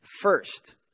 first